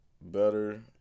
better